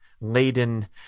laden